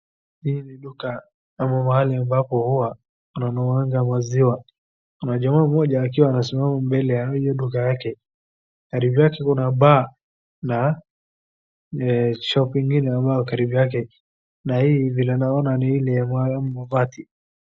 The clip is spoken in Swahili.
Hii ni duka ama mahali ambapo nanunuanga maziwa, kuna jamaa mmoja akiwa amesimama mbele ya duka yake karibu yake kuna bar ya shop ingine, ama karibu yake, na hii vile naona ni ile ya mabati.